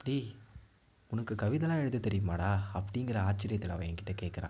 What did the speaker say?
இப்படி உனக்கு கவிதைலாம் எழுத தெரியுமாடா அப்படிங்கிற ஆச்சரியத்தில் அவள் எங்கிட்ட கேட்குறா